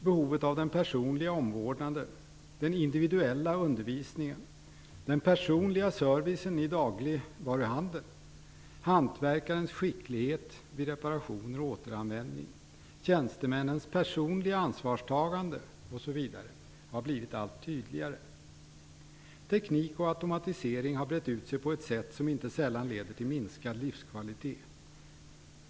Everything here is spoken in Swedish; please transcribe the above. Behovet av den personliga omvårdnaden, den individuella undervisningen, den personliga servicen i dagligvaruhandeln, hantverkarens skicklighet vid reparationer och vid återanvändning, tjänstemannens personliga ansvarstagande osv. har blivit allt tydligare. Teknik och automatisering har brett ut sig på ett sätt som inte sällan leder till minskad livskvalitet.